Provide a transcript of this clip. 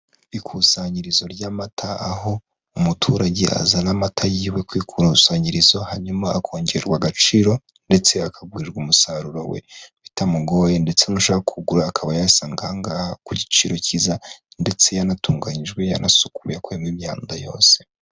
Ikusanyirizo ry'amata, aho umuturage azana amata yiwe ku ikusanyirizo hanyuma akongererwa agaciro ndetse akagurirwa umusaruro we bitamugoye ndetse n'ushaka kuwugura akaba yayasanga aha ngaha ku giciro cyiza ndetse yanatunganyijwe, yanasukuwe, yakuwemo imyanda yose.